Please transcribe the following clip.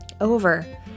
Over